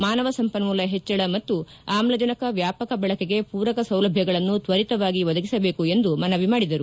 ಮಾನವ ಸಂಪನ್ನೂಲ ಹೆಚ್ಚಳ ಮತ್ತು ಆಮ್ಲಜನಕ ವ್ಯಾಪಕ ಬಳಕೆಗೆ ಪೂರಕ ಸೌಲಭ್ಯಗಳನ್ನು ತ್ವರಿತವಾಗಿ ಒದಗಿಸಬೇಕು ಎಂದು ಮನವಿ ಮಾಡಿದರು